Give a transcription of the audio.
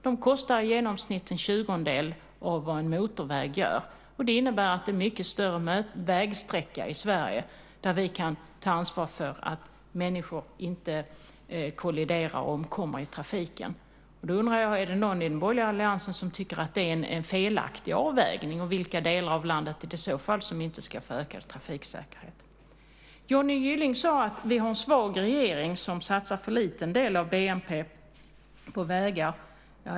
De kostar i genomsnitt en tjugondel av vad en motorväg kostar och innebär att vi kan ta ansvar för en mycket längre vägsträcka i Sverige där människor inte kolliderar och omkommer i trafiken. Därför undrar jag: Är det någon i den borgerliga alliansen som tycker att det är en felaktig avvägning, och vilka delar av landet ska i så fall inte få ökad trafiksäkerhet? Johnny Gylling sade att vi har en svag regering som satsar en för liten del av BNP på vägar.